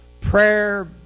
prayer